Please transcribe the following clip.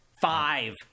Five